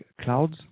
clouds